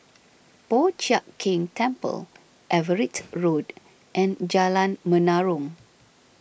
Po Chiak Keng Temple Everitt Road and Jalan Menarong